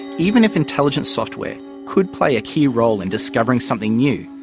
even if intelligent software could play a key role in discovering something new,